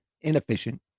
inefficient